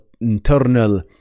internal